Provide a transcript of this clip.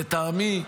לטעמי,